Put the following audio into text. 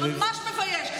ממש מבייש.